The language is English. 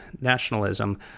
nationalism